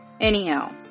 Anyhow